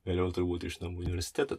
vėliau turbūt iš namų universitetą